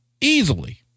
easily